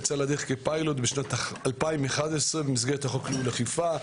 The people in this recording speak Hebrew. יצאה לדרך כפיילוט בשנת 2011 במסגרת החוק לניהול אכיפה.